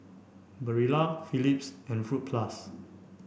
Barilla Phillips and Fruit Plus